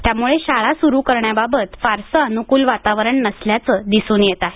त्यामुळे शाळा सुरू करण्याबाबत फारसं अनुकूल वातावरण नसल्याचं दिसून येत आहे